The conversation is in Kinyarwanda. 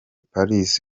paris